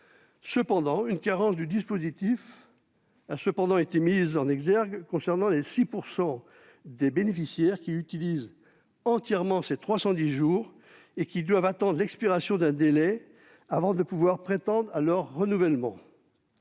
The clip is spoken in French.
vigueur. Une carence du dispositif a cependant été mise en exergue concernant les 6 % des bénéficiaires qui utilisent entièrement ces 310 jours et qui doivent attendre l'expiration d'un délai avant de pouvoir prétendre à leur renouvellement.